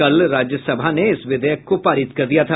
कल राज्यसभा पे इस विधेयक को पारित कर दिया था